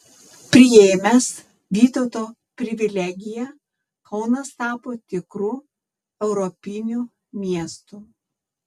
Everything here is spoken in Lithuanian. priėmęs vytauto privilegiją kaunas tapo tikru europiniu miestu